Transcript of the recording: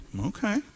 Okay